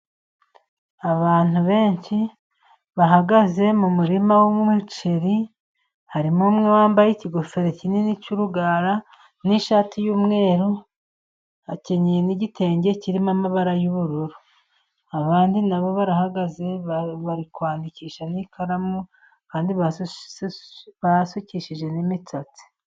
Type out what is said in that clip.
Abantu benshi bahagaze mu murima w'umuceri . Harimo umwe wambaye ikigofero kinini cy'urugara n'ishati y'umweru. Akenyeye n'igitenge kirimo amabara y'ubururu. Abandi nabo barahagaze bari kwandika n'ikaramu kandi basukishije n'imisatsi.